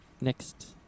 next